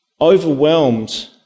overwhelmed